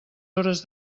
hores